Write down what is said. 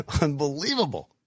Unbelievable